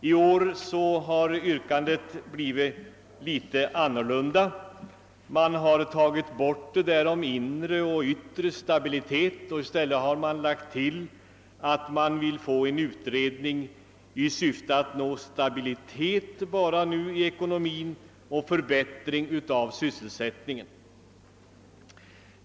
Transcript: I år har yrkandet blivit litet annorlunda; man har tagit bort det där om inre och yttre stabilitet och i stället lagt till att man vill åstadkomma en utredning i syfte att nå stabilitet i ekonomin och förbättring av sysselsättningen.